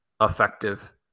Effective